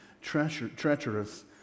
treacherous